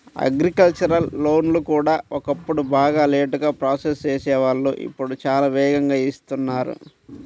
agricultural లోన్లు కూడా ఒకప్పుడు బాగా లేటుగా ప్రాసెస్ చేసేవాళ్ళు ఇప్పుడు చాలా వేగంగా ఇస్తున్నారు